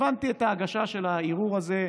הבנתי את ההגשה של הערעור הזה,